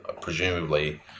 Presumably